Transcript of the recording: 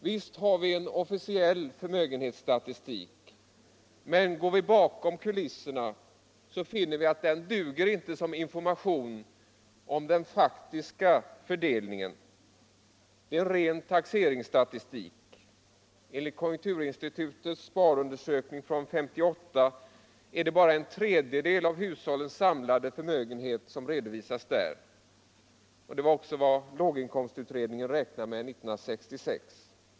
Visst har vi en officiell förmögenhetsstatistik, men går vi bakom kulisserna ser vi att den inte duger som information om den faktiska förmögenhetsfördelningen. Det är en ren taxeringsstatistik. Enligt konjunkturinstitutets sparundersökning från 1958 är det bara en tredjedel av hushållens samlade förmögenhet som redovisas där. Det var också vad låginkomstutredningen räknade med 1966.